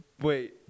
Wait